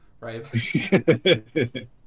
right